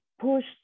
pushed